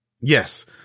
Yes